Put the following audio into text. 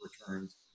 returns